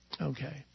Okay